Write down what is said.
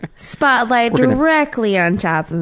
spotlight directly on top and